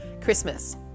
Christmas